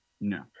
No